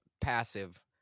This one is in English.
passive